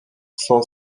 son